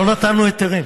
לא נתנו היתרים